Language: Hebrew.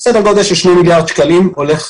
סדר גודל של שני מיליארד שקלים ילך